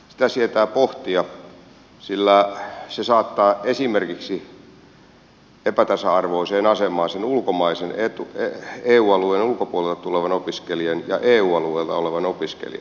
sitä sietää pohtia sillä se saattaa esimerkiksi epätasa arvoiseen asemaan sen ulkomaisen eu alueen ulkopuolelta tulevan opiskelijan ja eu alueelta olevan opiskelijan